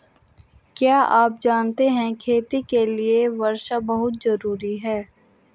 क्या आप जानते है खेती के लिर वर्षा बहुत ज़रूरी है?